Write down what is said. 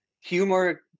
Humor